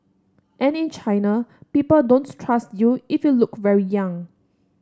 and in China people don't trust you if you look very young